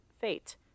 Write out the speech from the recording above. fate